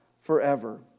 forever